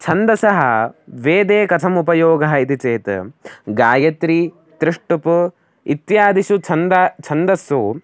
छन्दसः वेदे कथम् उपयोगः इति चेत् गायत्री तृष्टुप् इत्यादिषु छन्दस्सु छन्दस्सु